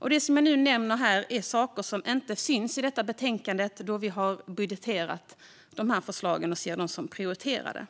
Det som jag nu nämner är saker som inte syns i detta betänkande, då dessa förslag har budgeterats och ses som prioriterade.